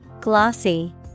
Glossy